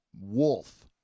wolf